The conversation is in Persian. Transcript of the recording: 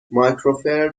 مایکروفر